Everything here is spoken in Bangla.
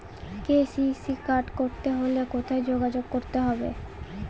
কে.সি.সি কার্ড করতে হলে কোথায় যোগাযোগ করতে হবে?